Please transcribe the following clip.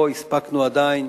לא הספקנו עדיין